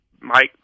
Mike